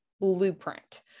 blueprint